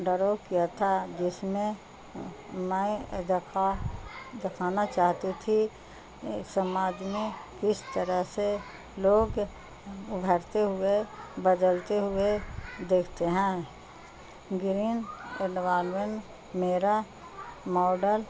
ڈرا کیا تھا جس میں میں دکھا دکھانا چاہتی تھی سماج میں اس طرح سے لوگ ابھرتے ہوئے بدلتے ہوئے دیکھتے ہیں گرین اینوائرنمنٹ میرا ماڈل